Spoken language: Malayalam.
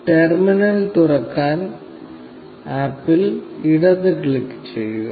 ടെർമിനൽ തുറക്കാൻ ആപ്പിൽ ഇടത് ക്ലിക്ക് ചെയ്യുക